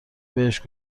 بهش